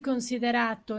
considerato